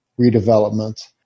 redevelopment